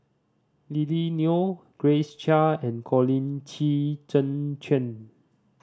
Lily Neo Grace Chia and Colin Qi Zhe Quan